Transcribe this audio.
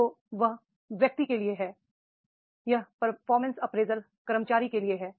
तो performance appraisal व्यक्ति के लिए है यह परफॉर्मेंस अप्रेजल कर्मचारी के लिए है